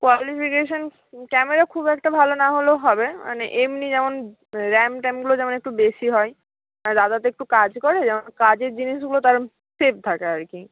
qualification camera খুব একটা ভালো না হলেও হবে মানে এমনি যেমন র্যাম ট্যামগুলো যেমন একটু বেশি হয় দাদা তো একটু কাজ করে কাজের জিনিসগুলো সেভ থাকা আর কি